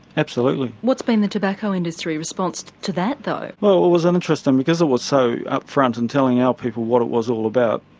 absolutely. what's been the tobacco industry's response to that though? well it was um interesting, because it was so up front in and telling our people what it was all about,